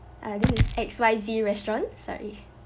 uh this is X Y Z restaurant sorry